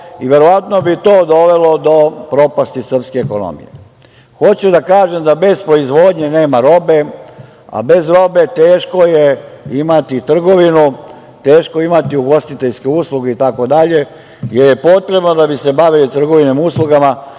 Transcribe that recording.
i verovatno bi to dovelo do propasti srpske ekonomije. Hoću da kažem da bez proizvodnje nema robe, a bez robe teško je imati trgovinu, teško je imati ugostiteljske usluge, jer je potrebno da bi se bavili trgovinom uslugama